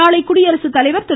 நாளை குடியரசுத்தலைவர் திரு